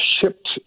shipped